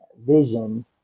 vision